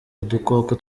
udukoko